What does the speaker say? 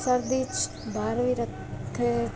ਸਰਦੀ 'ਚ ਬਾਹਰ ਵੀ ਰੱਖੇ